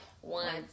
One